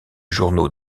journaux